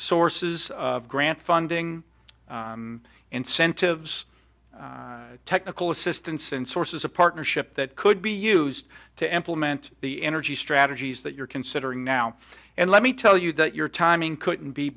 sources of grant funding incentives technical assistance and sources a partnership that could be used to implement the energy strategies that you're considering now and let me tell you that your timing couldn't be